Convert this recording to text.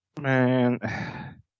Man